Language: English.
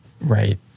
Right